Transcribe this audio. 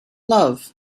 love